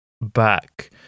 back